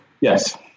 yes